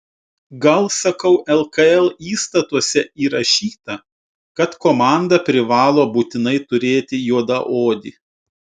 gal sakau lkl įstatuose įrašyta kad komanda privalo būtinai turėti juodaodį